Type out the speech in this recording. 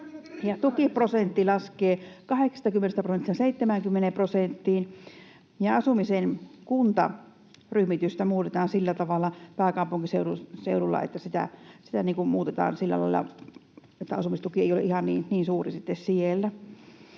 Tukiprosentti laskee 80 prosentista 70 prosenttiin, ja asumisen kuntaryhmitystä muutetaan pääkaupunkiseudulla sillä lailla, että asumistuki ei ole ihan niin suurin sitten